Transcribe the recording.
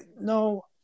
no